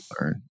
learn